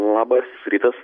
labas rytas